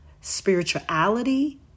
spirituality